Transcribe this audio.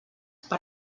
per